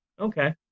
Okay